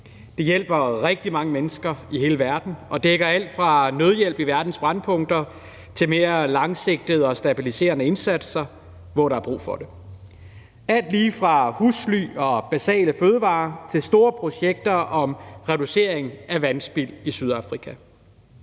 Det hjælper rigtig mange mennesker i hele verden og dækker alt fra nødhjælp i verdens brændpunkter til mere langsigtede og stabiliserende indsatser, hvor der er brug for det. Det er alt lige fra husly og basale fødevarer til store projekter om reducering af vandspild i Sydafrika.